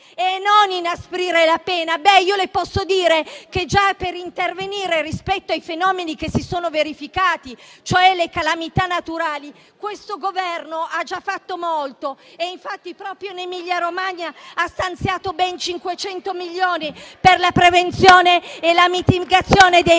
e non inasprire la pena. Le posso dire che per intervenire rispetto ai fenomeni che si sono verificati, cioè le calamità naturali, questo Governo ha già fatto molto e, infatti, proprio in Emilia-Romagna ha stanziato ben 500 milioni per la prevenzione e la mitigazione dei rischi